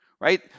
right